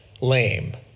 lame